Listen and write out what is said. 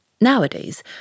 Nowadays